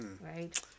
Right